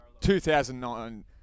2009